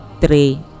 three